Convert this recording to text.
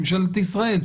ממשלת ישראל,